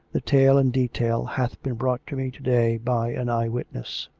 the tale in detail hath been brought to me to-day by an eye-witness.